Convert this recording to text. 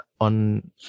on